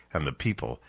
and the people,